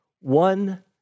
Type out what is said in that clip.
One